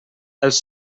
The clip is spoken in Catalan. els